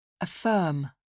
Affirm